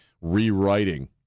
rewriting